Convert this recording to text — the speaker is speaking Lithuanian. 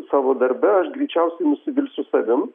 savo darbe aš greičiausiai nusivilsiu savim